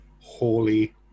holy